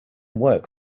work